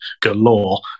galore